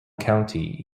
county